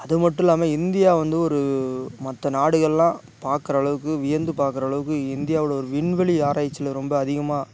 அதுமட்டும் இல்லாமல் இந்தியா வந்து ஒரு மற்ற நாடுகள்லாம் பாக்கிற அளவுக்கு வியந்து பாக்கிற அளவுக்கு இந்தியாவில் ஒரு விண்வெளி ஆராய்ச்சியில் ரொம்ப அதிகமாக